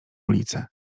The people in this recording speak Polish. ulicę